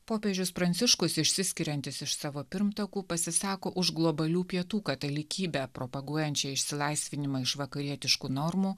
popiežius pranciškus išsiskiriantis iš savo pirmtakų pasisako už globalių pietų katalikybę propaguojančią išsilaisvinimą iš vakarietiškų normų